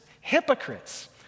hypocrites